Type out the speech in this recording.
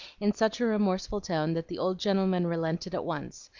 in such a remorseful tone that the old gentleman relented at once,